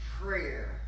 Prayer